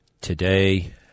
today